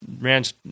ranch